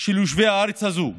של יושבי הארץ הזאת.